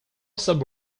some